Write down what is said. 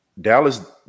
Dallas